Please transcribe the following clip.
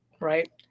right